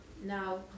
Now